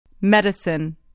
Medicine